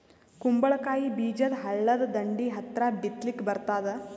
ಕುಂಬಳಕಾಯಿ ಬೀಜ ಹಳ್ಳದ ದಂಡಿ ಹತ್ರಾ ಬಿತ್ಲಿಕ ಬರತಾದ?